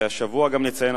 והשבוע גם נציין,